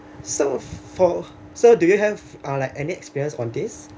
so for so do you have uh like any experienced on this